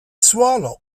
suolo